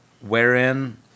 wherein